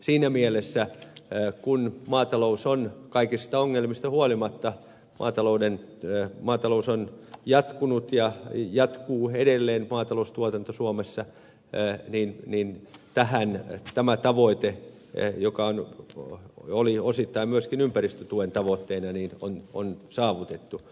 siinä mielessä kun maataloustuotanto on kaikista ongelmista huolimatta jatkunut ja jatkuu edelleen suomessa niin tämä tavoite joka oli osittain myöskin ympäristötuen tavoitteena on saavutettu